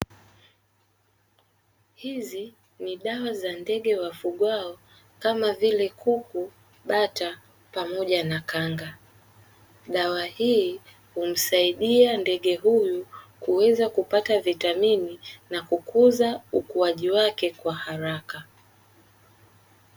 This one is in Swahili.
Hizi ni dawa za ndege wafugao kama vile kuku bata pamoja na kanga dawa, hii kumsaidia ndege huyu kuweza kupata vitamini na kukuza ukuaji wake kwa haraka.